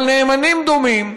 אבל נאמנים דומים,